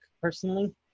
personally